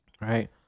right